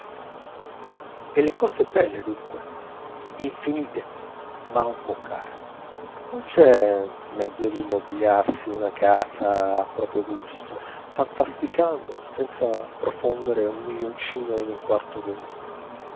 e le cose belle dunque infinite ma un po care non c'è mezzo di mobiliarsi una casa a proprio gusto fantasticando senza profondere un milioncino in un quarto d'ora